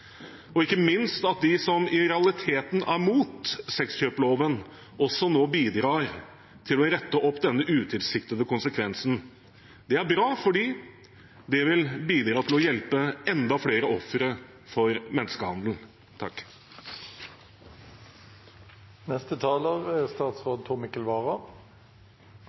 Og ikke minst er det flott at de som i realiteten er imot sexkjøpsloven, nå bidrar til å rette opp denne utilsiktede konsekvensen. Det er bra fordi det vil bidra til å hjelpe enda flere ofre for menneskehandel.